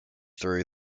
through